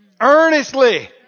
earnestly